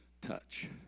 touch